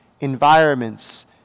environments